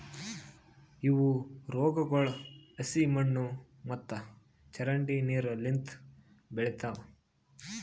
ಇವು ರೋಗಗೊಳ್ ಹಸಿ ಮಣ್ಣು ಮತ್ತ ಚರಂಡಿ ನೀರು ಲಿಂತ್ ಬೆಳಿತಾವ್